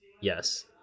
yes